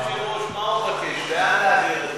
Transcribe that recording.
רגע, מה הוא מבקש, אדוני